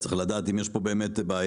צריך לדעת אם יש פה באמת בעיה.